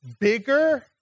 bigger